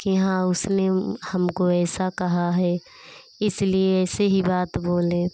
कि उसने हमको ऐसा कहा है इसलिए ऐसे ही बात बोलें